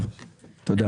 טוב, תודה.